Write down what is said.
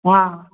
हँ